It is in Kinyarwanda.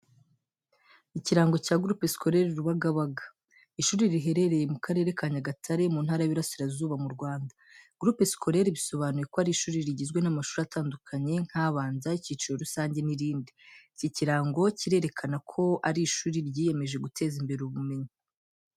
Ikirango cya Groupe Scolaire Rubagabaga. Ishuri riherereye mu Karere ka Nyagatare, mu Ntara y’Iburasirazuba mu Rwanda. Groupe scolaire bisobanuye ko ari ishuri rigizwe n’amashuri atandukanye nk’abanza, icyiciro rusange, n'irindi. Iki kirango kirerekana ko ari ishuri ryiyemeje guteza imbere ubumenyi.